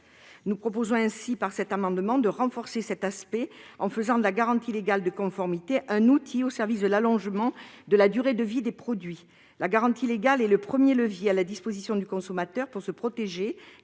nous proposons ainsi de renforcer cet aspect, en faisant de la garantie légale de conformité un outil au service de l'allongement de la durée de vie des produits. La garantie légale est le premier levier à la disposition du consommateur pour se protéger